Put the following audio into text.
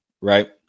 right